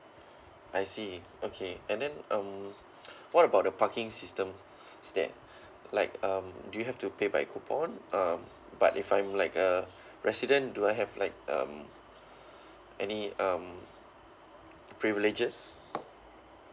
I see okay and then um what about the parking system is that like um do you have to pay by coupon um but if I'm like a resident do I have like um any um privileges